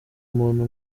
umuntu